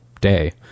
day